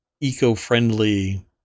eco-friendly